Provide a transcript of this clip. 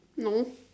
no